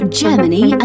germany